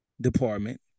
department